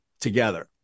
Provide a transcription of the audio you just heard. Together